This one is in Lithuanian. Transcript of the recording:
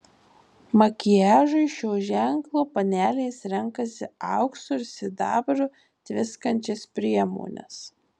makiažui šio ženklo panelės renkasi auksu ir sidabru tviskančias priemones